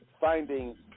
finding